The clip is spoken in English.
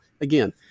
again